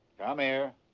come here.